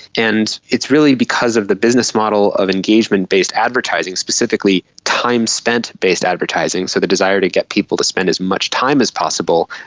and it's really because of the business model of engagement-based advertising, specifically time spent based advertising, so the desire to get people to spend as much time as possible,